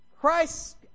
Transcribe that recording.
Christ